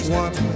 one